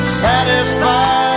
satisfied